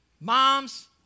Moms